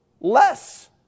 less